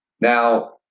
now